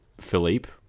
Philippe